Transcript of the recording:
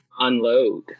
unload